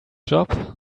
job